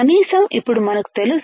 కనీసం ఇప్పుడు మనకు తెలుసు